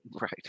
Right